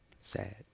Sad